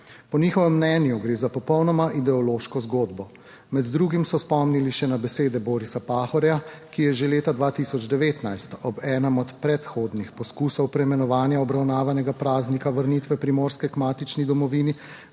Po njihovem mnenju gre za popolnoma ideološko zgodbo. Med drugim so spomnili še na besede Borisa Pahorja, ki je že leta 2019 ob enem od predhodnih poskusov preimenovanja obravnavanega praznika vrnitve Primorske k matični domovini